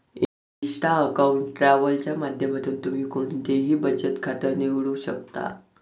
Insta account travel च्या माध्यमातून तुम्ही कोणतंही बचत खातं निवडू शकता